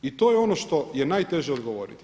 I to je ono što je najteže odgovoriti.